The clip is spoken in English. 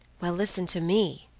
well, listen to me,